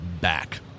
back